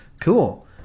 Cool